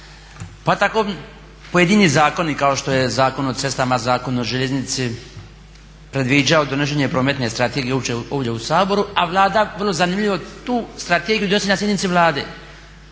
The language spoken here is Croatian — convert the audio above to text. pa tako pojedini zakoni kao što je Zakon o cestama, Zakon o željeznici, predviđao donošenje prometne strategije uopće ovdje u Saboru, a Vlada vrlo zanimljivo tu strategiju donosi na sjednici Vlade,